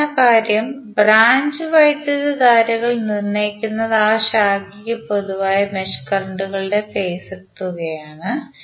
പ്രധാന കാര്യം ബ്രാഞ്ച് വൈദ്യുതധാരകൾ നിർണ്ണയിക്കുന്നത് ആ ശാഖയ്ക്ക് പൊതുവായ മെഷ് കറന്റ്കളുടെ ഫേസർ തുകയാണ്